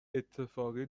اتفاقی